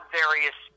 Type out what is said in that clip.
various